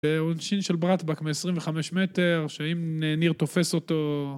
זה עונשין של ברטבק מ-25 מטר, שאם ניר תופס אותו